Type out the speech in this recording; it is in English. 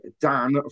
Dan